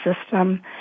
system